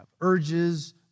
urges